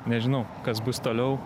nežinau kas bus toliau